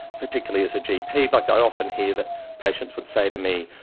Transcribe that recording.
particularly as a gp. like i often hear that patients would say to me,